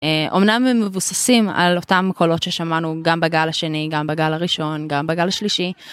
אומנם הם מבוססים על אותם קולות ששמענו גם בגל השני, גם בגל הראשון, גם בגל השלישי.